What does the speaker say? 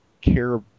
care